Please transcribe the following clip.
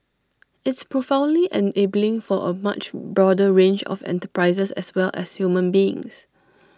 it's profoundly enabling for A much broader range of enterprises as well as human beings